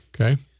Okay